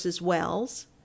Wells